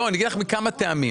אני אגיד לך, מכמה טעמים.